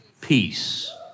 peace